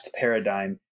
paradigm